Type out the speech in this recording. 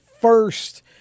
first